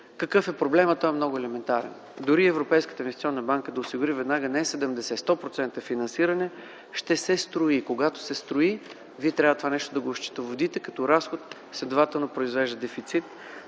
Какъв е проблемът? Той е много елементарен. Дори Европейската инвестиционна банка да осигури веднага не 70%, а 100% финансиране, ще се строи. Когато се строи, вие трябва това нещо да го осчетоводите като разход. Следователно произвеждате дефицит.